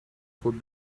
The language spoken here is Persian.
خود